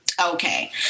okay